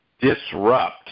disrupt